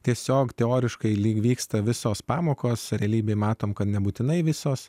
tiesiog teoriškai lyg vyksta visos pamokos realybėje matome kad nebūtinai visos